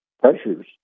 Pressures